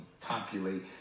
populate